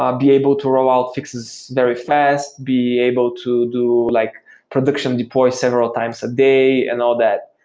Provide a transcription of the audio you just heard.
um be able to rollout fixes very fast, be able to do like production deploy several times a day and all that.